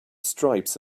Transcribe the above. stripes